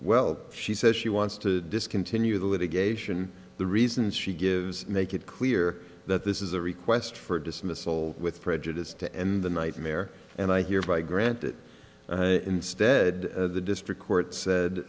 well she says she wants to discontinue the litigation the reasons she gives make it clear that this is a request for a dismissal with prejudice to end the nightmare and i hereby granted instead the district court said